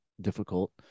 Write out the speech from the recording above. difficult